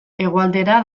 hegoaldera